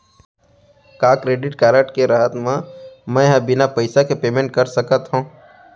का credit card के रहत म, मैं ह बिना पइसा के पेमेंट कर सकत हो?